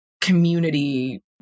community